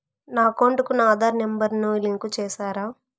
నా అకౌంట్ కు నా ఆధార్ నెంబర్ ను లింకు చేసారా